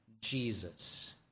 Jesus